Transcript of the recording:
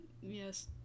Yes